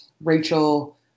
Rachel